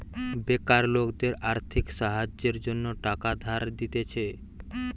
বেকার লোকদের আর্থিক সাহায্যের জন্য টাকা ধার দিতেছে